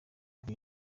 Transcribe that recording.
bwiza